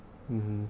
mmhmm